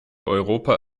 europa